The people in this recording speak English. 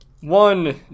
one